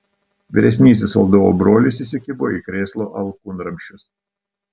vyresnysis valdovo brolis įsikibo į krėslo alkūnramsčius